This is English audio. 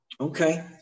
Okay